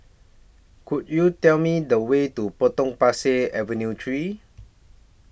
Could YOU Tell Me The Way to Potong Pasir Avenue three